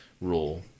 rule